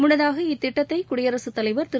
முன்னதாக இத்திட்டத்தை குடியரசுத் தலைவர் திரு